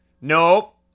Nope